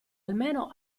almeno